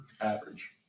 Average